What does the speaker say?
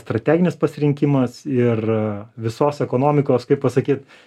strateginis pasirinkimas ir visos ekonomikos kaip pasakyt